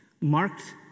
marked